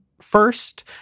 first